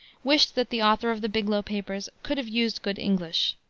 wished that the author of the biglow papers could have used good english.